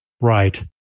Right